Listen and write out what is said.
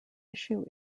issue